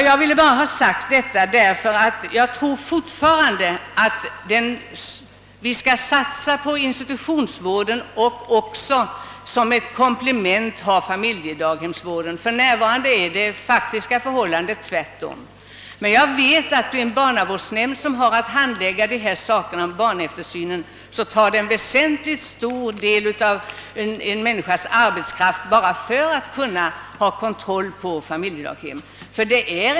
Jag vill säga detta därför att jag tror att vi fortfarande bör satsa på institutionsvården och även, som ett komplement till denna, ha familjedaghemsvården kvar. För närvarande är det faktiska förhållandet tvärtom. En barnavårdsnämnd som har att handlägga barneftersynen vet att en stor del av en människas arbetskraft åtgår bara för att kunna kontrollera hurudana familjedaghemmen är.